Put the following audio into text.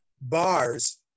bars